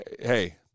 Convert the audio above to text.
hey